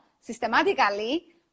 systematically